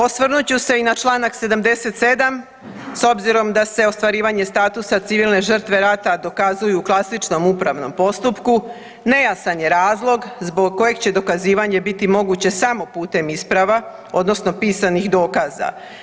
Osvrnut ću se i na članak 77. s obzirom da se ostvarivanje statusa civilne žrtve rata dokazuju u klasičnom upravnom postupku nejasan je razlog zbog kojeg će dokazivanje biti moguće samo putem isprava, odnosno pisanih dokaza.